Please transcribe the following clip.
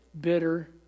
bitter